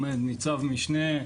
ניצב משנה,